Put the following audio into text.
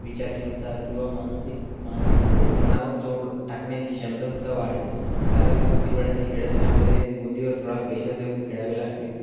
विचारक्षमता किंवा मानसिक मान म्हणजे मनावर जोर टाकण्याची क्षमतासुद्धा वाढते कारण ते बुद्धिबळाचे खेळ असल्यामुळे बुद्धीवर थोडा प्रेशर देऊन खेळावे लागते